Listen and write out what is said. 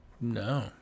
no